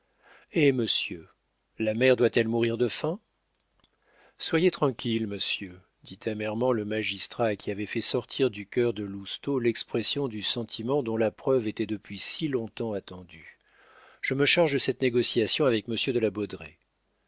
eh monsieur la mère doit-elle mourir de faim soyez tranquille monsieur dit amèrement le magistrat qui avait fait sortir du cœur de lousteau l'expression du sentiment dont la preuve était depuis si long-temps attendue je me charge de cette négociation avec monsieur de la